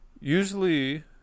Usually